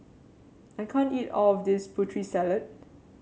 I can't eat all of this Putri Salad